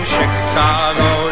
Chicago